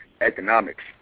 economics